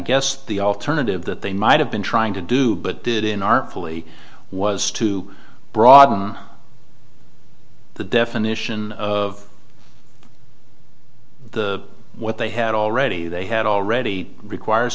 guess the alternative that they might have been trying to do but did in artfully was to broaden the definition of the what they had already they had already requires